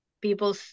People